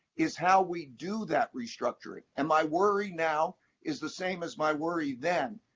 is how we do that restructuring. and my worry now is the same as my worry then.